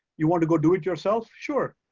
you wanna go do it yourself, sure.